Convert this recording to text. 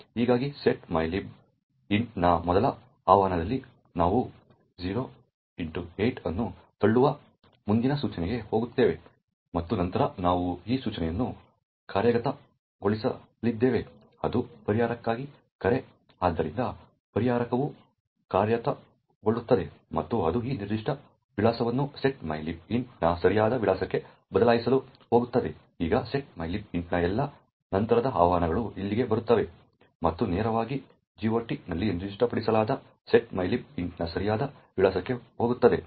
ಹೀಗಾಗಿ set mylib int ನ ಮೊದಲ ಆಹ್ವಾನದಲ್ಲಿ ನಾವು 0x8 ಅನ್ನು ತಳ್ಳುವ ಮುಂದಿನ ಸೂಚನೆಗೆ ಹೋಗುತ್ತೇವೆ ಮತ್ತು ನಂತರ ನಾವು ಈ ಸೂಚನೆಯನ್ನು ಕಾರ್ಯಗತಗೊಳಿಸಲಿದ್ದೇವೆ ಅದು ಪರಿಹಾರಕಕ್ಕೆ ಕರೆ ಆದ್ದರಿಂದ ಪರಿಹಾರಕವು ಕಾರ್ಯಗತಗೊಳ್ಳುತ್ತದೆ ಮತ್ತು ಅದು ಈ ನಿರ್ದಿಷ್ಟ ವಿಳಾಸವನ್ನು set mylib int ನ ಸರಿಯಾದ ವಿಳಾಸಕ್ಕೆ ಬದಲಾಯಿಸಲು ಹೋಗುತ್ತದೆ ಈಗ set mylib int ನ ಎಲ್ಲಾ ನಂತರದ ಆಹ್ವಾನಗಳು ಇಲ್ಲಿಗೆ ಬರುತ್ತವೆ ಮತ್ತು ನೇರವಾಗಿ GOT ನಲ್ಲಿ ನಿರ್ದಿಷ್ಟಪಡಿಸಲಾದ set mylib int ನ ಸರಿಯಾದ ವಿಳಾಸಕ್ಕೆ ಹೋಗುತ್ತವೆ